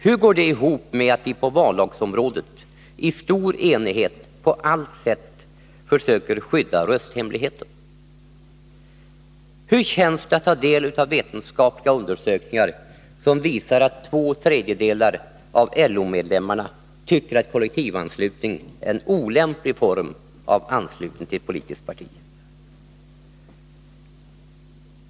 Hur går det ihop med att vi på vallagsområdet i stor enighet på allt sätt försöker skydda rösthemligheten? Hur känns det att ta del av vetenskapliga undersökningar som visar att två tredjedelar av LO-medlemmarna tycker att kollektivanslutning är en olämplig form av anslutning till politiskt parti?